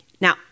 Now